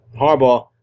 Harbaugh